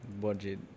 budget